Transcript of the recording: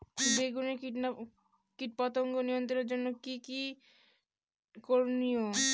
বেগুনে কীটপতঙ্গ নিয়ন্ত্রণের জন্য কি কী করনীয়?